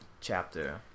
chapter